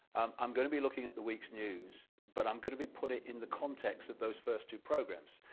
i'm gonna be looking at the week's news but, i'm gonna be putting it in the context of those first two programs,